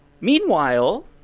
meanwhile